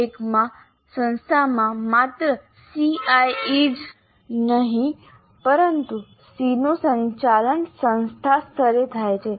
સ્તર 1 સંસ્થામાં માત્ર CIE જ નહીં પરંતુ SEE નું સંચાલન સંસ્થા સ્તરે થાય છે